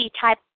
type